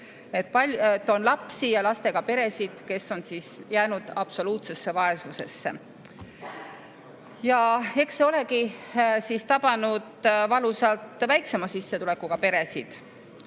On lapsi ja lastega peresid, kes on jäänud absoluutsesse vaesusesse. Ja eks see olegi tabanud valusalt väiksema sissetulekuga peresid.